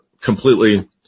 completely